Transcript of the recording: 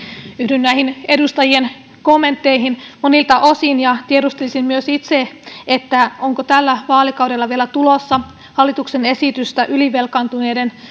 yhdyn näihin edustajien kommentteihin monilta osin ja tiedustelisin myös itse onko tällä vaalikaudella vielä tulossa hallituksen esitystä ylivelkaantuneiden